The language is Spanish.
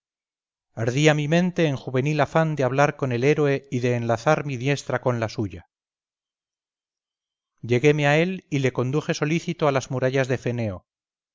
ellos ardía mi mente en juvenil afán de hablar con el héroe y de enlazar mi diestra con la suya lleguéme a él y le conduje solícito a las murallas de feneo